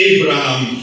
Abraham